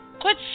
quit